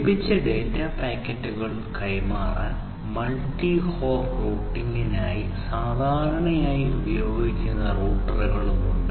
ലഭിച്ച ഡാറ്റാ പാക്കറ്റുകൾ കൈമാറാൻ മൾട്ടി ഹോപ്പ് റൂട്ടിംഗിനായി സാധാരണയായി ഉപയോഗിക്കുന്ന റൂട്ടറുകളുണ്ട്